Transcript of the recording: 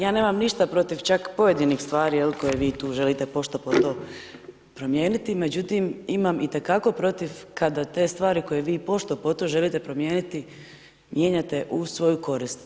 Ja nemam ništa protiv čak pojedinih stvari, je li, koje vi tu želite pošto-poto promijeniti, međutim imam i te kako protiv kada te stvari koje vi pošto-poto želite promijeniti, mijenjate u svoju korist.